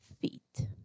feet